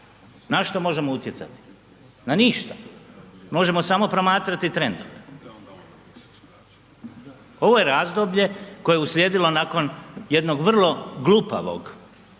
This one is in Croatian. Na što možemo utjecati? Na ništa. Možemo samo promatrati trendove. Ovo je razdoblje koje je uslijedilo nakon jednog vrlo glupavog